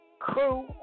crew